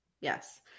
Yes